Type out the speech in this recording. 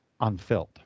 unfilled